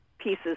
pieces